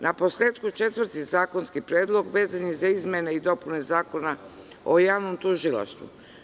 Naposletku, četvrti zakonski predlog vezan je za izmene i dopune Zakona o javnom tužilaštvu.